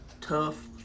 tough